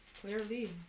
Clearly